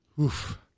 oof